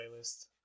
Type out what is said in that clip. playlist